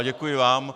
Děkuji vám.